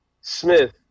Smith